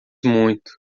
muito